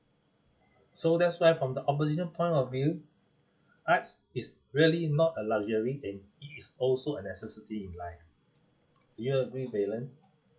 so that's why from the opposition point of view arts is really not a luxury and it is also a necessity in life do you agree valen